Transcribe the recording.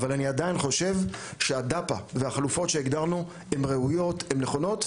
אבל אני עדיין חושב שהדפ"א והחלופות שהגדרנו הן ראויות והן נכונות,